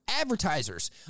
advertisers